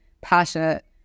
passionate